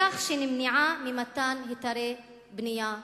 בכך שנמנעה ממתן היתרי בנייה חדשים,